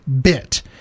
bit